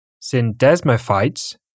syndesmophytes